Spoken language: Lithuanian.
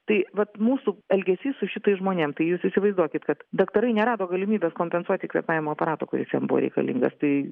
tai vat mūsų elgesys su šitais žmonėm tai jūs įsivaizduokit kad daktarai nerado galimybės kompensuoti kvėpavimo aparato kuris jam buvo reikalingas tai